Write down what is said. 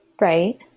right